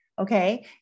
okay